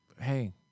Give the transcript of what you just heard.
hey